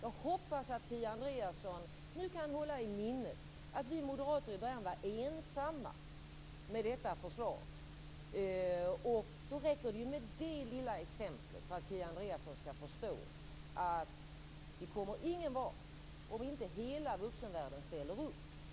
Jag hoppas att Kia Andreasson nu kan hålla i minnet att vi moderater i början var ensamma om detta förslag. Då räcker det med det lilla exemplet för att Kia Andreasson skall förstå att vi inte kommer någon vart om inte hela vuxenvärlden ställer upp.